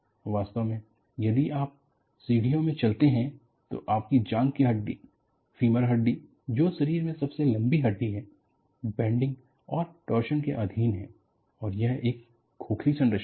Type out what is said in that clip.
वास्तव में यदि आप सीढ़ियों में चलते हैं तो आपकी जांघ की हड्डीफीमर हड्डी जो शरीर में सबसे लंबी हड्डी है बेंडिंग और टॉर्शन के अधीन है और यह एक खोखली संरचना है